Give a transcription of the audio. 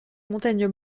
montagnes